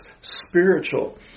spiritual